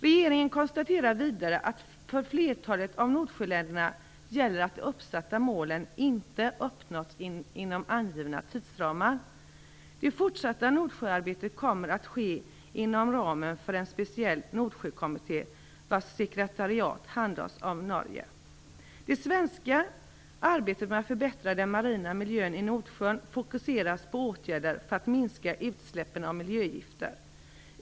Regeringen konstaterar vidare att för flertalet av Nordsjöländerna gäller det att de uppsatta målen inte uppnåtts inom angivna tidsramar. Det fortsatta Nordsjöarbetet kommer att ske inom ramen för en speciell Det svenska arbetet med att förbättra den marina miljön i Nordsjön fokuseras på åtgärder för att minska utsläppen av miljögifter.